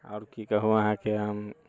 आओर की कहू अहाँके हम